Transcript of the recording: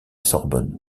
sorbonne